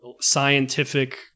scientific